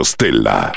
Stella